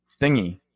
thingy